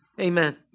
amen